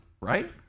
right